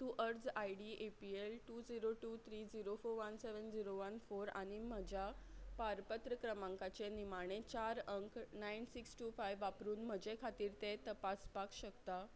तूं अर्ज I D A P L two zero two three zero four one seven zero one four आनी म्हज्या पारपत्र क्रमांकाचे निमाणे चार अंक नायन सिक्स टू फायव वापरून म्हजे खातीर ते तपासपाक शकता